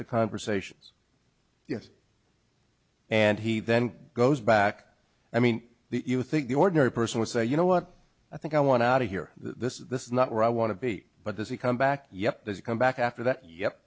the conversations yes and he then goes back i mean that you think the ordinary person would say you know what i think i want out of here this is this is not right i want to be but does he come back yet there's a comeback after that yep